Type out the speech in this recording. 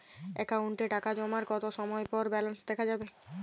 অ্যাকাউন্টে টাকা জমার কতো সময় পর ব্যালেন্স দেখা যাবে?